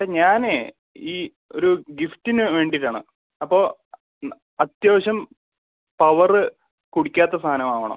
ഇപ്പോൾ ഞാൻ ഈ ഒരു ഗിഫ്റ്റിന് വേണ്ടീട്ട് ആണ് അപ്പോൾ അത്യാവശ്യം പവർ കുടിക്കാത്ത സാധനം ആവണം